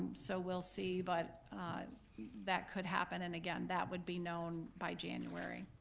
so we'll see. but that could happen and again, that would be known by january.